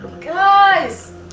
guys